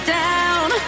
down